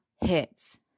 Hits